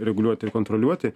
reguliuoti ir kontroliuoti